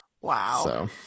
Wow